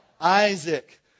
Isaac